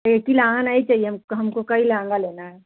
एक ही लहंगा नहीं चाहिए हमको हमको कई लहंगा लेना है